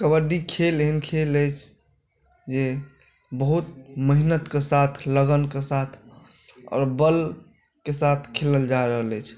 कबड्डी खेल एहन खेल अछि जे बहुत मेहनतके साथ लगनके साथ आओर बलके साथ खेलल जा रहल अछि